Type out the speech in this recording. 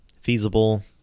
feasible